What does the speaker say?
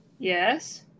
Yes